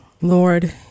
Lord